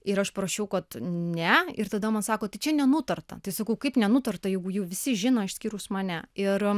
ir aš parašiau kad ne ir tada man sako tai čia nenutarta tai sakau kaip nenutarta jeigu jau visi žino išskyrus mane ir